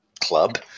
club